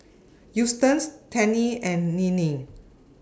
Eustace Tennie and Nealie